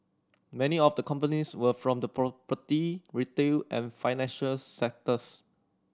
many of the companies were from the property retail and financial sectors